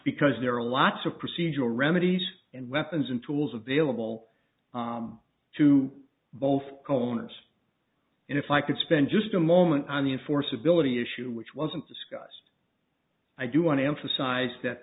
because there are lots of procedural remedies and weapons and tools available to both conus and if i could spend just a moment on the enforceability issue which wasn't discussed i do want to emphasize that